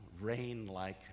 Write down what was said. rain-like